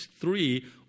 three